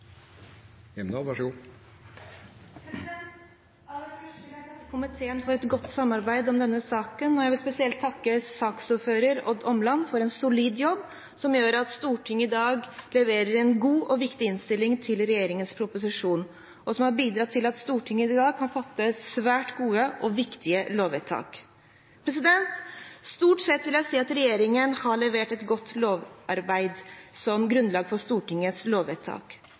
Aller først vil jeg takke komiteen for et godt samarbeid om denne saken, og jeg vil spesielt takke saksordfører Odd Omland for en solid jobb som gjør at Stortinget i dag leverer en god og viktig innstilling til regjeringens proposisjon, og som har bidratt til at Stortinget i dag kan fatte svært gode og viktige lovvedtak. Stort sett vil jeg si at regjeringen har levert et godt lovforarbeid som grunnlag for Stortingets lovvedtak.